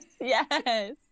Yes